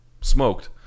smoked